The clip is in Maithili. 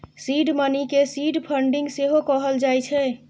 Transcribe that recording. सीड मनी केँ सीड फंडिंग सेहो कहल जाइ छै